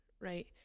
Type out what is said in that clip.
Right